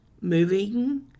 moving